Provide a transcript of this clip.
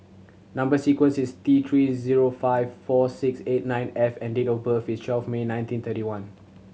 number sequence is T Three zero five four six eight nine F and date of birth is twelve May nineteen thirty one